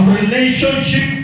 relationship